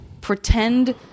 pretend